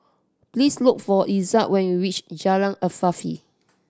please look for Ezzard when you reach Jalan Afifi